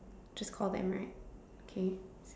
just call them right okay